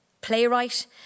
playwright